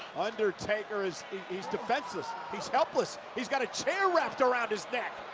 undertaker is is defenseless, he's helpless. he's got a chair wrapped around his neck.